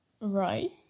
Right